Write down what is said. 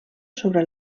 sobre